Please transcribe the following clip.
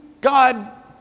God